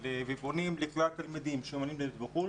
ופונים לכלל התלמידים שרוצים ללמוד בחוץ לארץ,